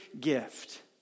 gift